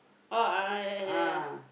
oh yeah yeah yeah yeah yeah